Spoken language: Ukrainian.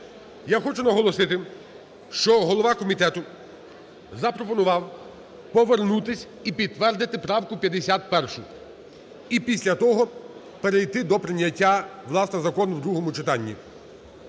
Я хочу наголосити, що голова комітету запропонував повернутись і підтвердити правку 51-у. І після того перейти до прийняття, власне, закону в другому читанні.